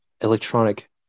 electronic